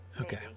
Okay